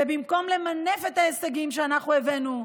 ובמקום למנף את ההישגים שהבאנו,